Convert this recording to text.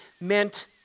meant